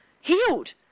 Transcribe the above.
healed